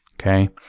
Okay